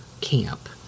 camp